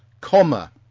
comma